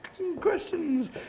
Questions